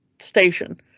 station